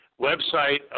website